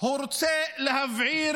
רוצה להבעיר